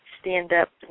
stand-up